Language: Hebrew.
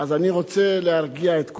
אז אני רוצה להרגיע את כולם,